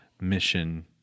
mission